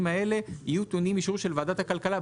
האלה יהיו טעונים אישור של ועדת הכלכלה,